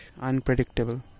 unpredictable